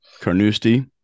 Carnoustie